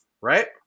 Right